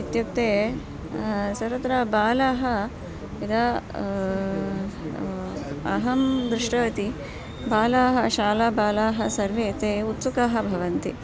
इत्युक्ते सर्वत्र बालाः यदा अहं दृष्टवती बालाः शालाबालाः सर्वे ते उत्सुकाः भवन्ति